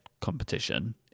competition